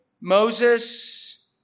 Moses